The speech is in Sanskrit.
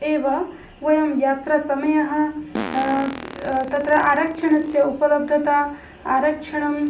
एव वयं यात्रासमयः तत्र आरक्षणस्य उपलब्धता आरक्षणं